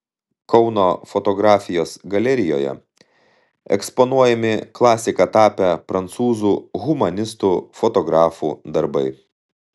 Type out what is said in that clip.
kauno fotografijos galerijoje eksponuojami klasika tapę prancūzų humanistų fotografų darbai